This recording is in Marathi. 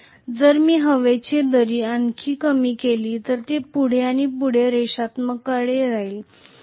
जर मी हवेची दरी आणखी कमी केली तर ती पुढे आणि पुढे रेषात्मकतेकडे जाईल